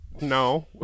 no